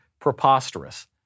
preposterous